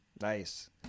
Nice